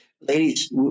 ladies